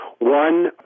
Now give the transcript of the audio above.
one